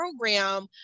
program